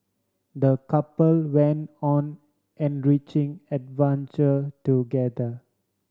the couple went on enriching adventure together